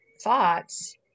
thoughts